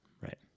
Right